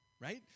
Right